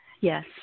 Yes